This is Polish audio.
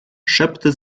szepty